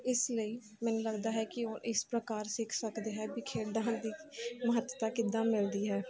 ਇਸ ਲਈ ਮੈਨੂੰ ਲੱਗਦਾ ਹੈ ਕਿ ਉਹ ਇਸ ਪ੍ਰਕਾਰ ਸਿੱਖ ਸਕਦੇ ਹੈ ਵੀ ਖੇਡਾਂ ਦੀ ਮਹੱਤਤਾ ਕਿੱਦਾਂ ਮਿਲਦੀ ਹੈ